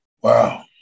Wow